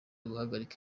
guhagarika